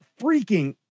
freaking